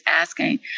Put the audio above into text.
asking